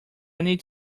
need